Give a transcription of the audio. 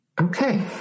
Okay